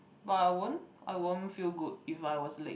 but I won't I won't feel good if I was late